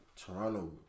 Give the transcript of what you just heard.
Toronto